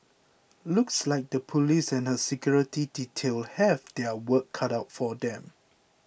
looks like the police and her security detail have their work cut out for them